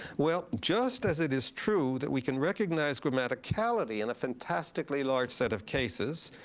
well, just as it is true that we can recognize grammaticality in a fantastically large set of cases,